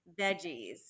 veggies